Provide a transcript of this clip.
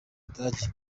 budage